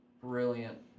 brilliant